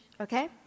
Okay